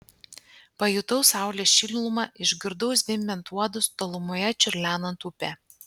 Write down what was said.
pajutau saulės šilumą išgirdau zvimbiant uodus tolumoje čiurlenant upę